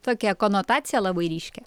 tokia konotaciją labai ryškią